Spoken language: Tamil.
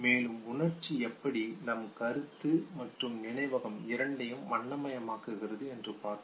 மேலும் உணர்ச்சி எப்படி நம் கருத்து மற்றும் நினைவகம் இரண்டையும் வண்ணமயமாக்குகிறது என்று பார்த்தோம்